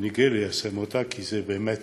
ואני גאה ליישם אותה, כי זה באמת